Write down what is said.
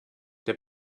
der